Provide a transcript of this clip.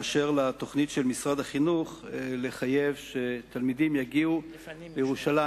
באשר לתוכנית של משרד החינוך לחייב שתלמידים יגיעו לירושלים